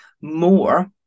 more